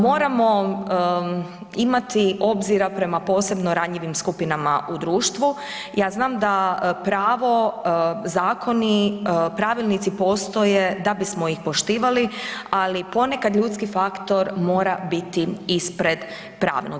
Moramo imati obzira prema posebno ranjivim skupinama u društvu, ja znam da pravo, zakoni, pravilnici postoje da bismo ih poštivali, ali ponekad ljudski faktor mora biti ispred pravnog.